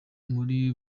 muri